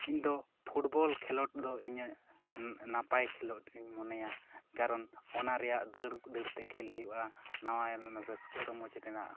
ᱤᱧ ᱫᱚ ᱯᱷᱩᱴᱵᱚᱞ ᱠᱷᱮᱞᱳᱰ ᱫᱚ ᱤᱧᱟᱜ ᱱᱟᱯᱟᱭ ᱠᱷᱮᱞᱳᱰ ᱤᱧ ᱢᱚᱱᱮᱭᱟ ᱠᱟᱨᱚᱱ ᱚᱱᱟ ᱨᱮᱭᱟᱜ ᱫᱟᱹᱲ ᱫᱟᱲ ᱛᱮ ᱠᱷᱮᱞ ᱦᱩᱭᱩᱜᱼᱟ ᱱᱟᱶᱟ ᱨᱟᱹᱥᱠᱟᱹ ᱨᱚᱢᱚᱡᱽ ᱨᱮᱱᱟᱜ ᱦᱚᱸ